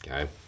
Okay